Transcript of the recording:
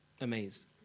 amazed